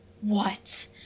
What